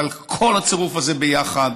אבל כל הצירוף הזה ביחד